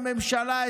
הממשלה,